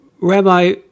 Rabbi